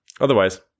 otherwise